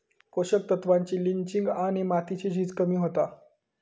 पोषक तत्त्वांची लिंचिंग आणि मातीची झीज कमी होता